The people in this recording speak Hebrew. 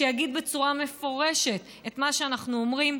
שיגיד בצורה מפורשת את מה שאנחנו אומרים,